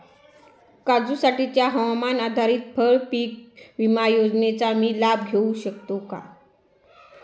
काजूसाठीच्या हवामान आधारित फळपीक विमा योजनेचा मी लाभ घेऊ शकतो का?